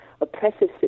oppressive